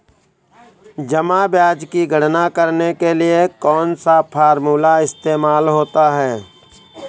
जमा ब्याज की गणना करने के लिए कौनसा फॉर्मूला इस्तेमाल होता है?